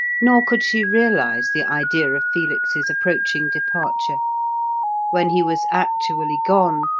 nor could she realize the idea of felix's approaching departure when he was actually gone,